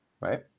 Right